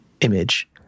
image